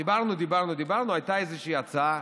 דיברנו, דיברנו, דיברנו, הייתה איזושהי הצעה.